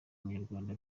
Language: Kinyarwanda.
munyarwanda